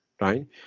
right